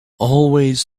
always